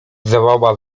zawołała